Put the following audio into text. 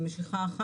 קמה.